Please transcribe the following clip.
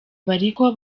bariko